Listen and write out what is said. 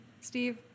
Steve